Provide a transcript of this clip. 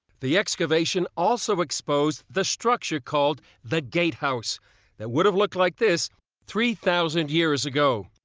the excavation also exposed the structure called the gate house that would have looked like this three thousand years ago.